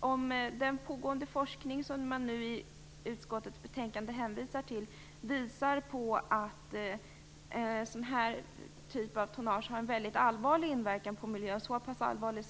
Om den pågående forskning som man i utskottets betänkande hänvisar till visar att sådan här typ av tonnage har en väldigt allvarlig inverkan på miljön, så pass allvarlig